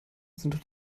sind